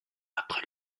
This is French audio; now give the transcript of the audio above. après